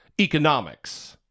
economics